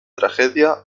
tragedia